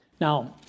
Now